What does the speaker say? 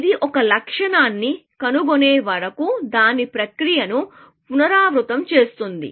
ఇది ఒక లక్ష్యాన్ని కనుగొనే వరకు దాని ప్రక్రియను పునరావృతం చేస్తుంది